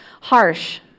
harsh